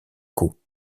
caux